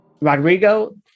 Rodrigo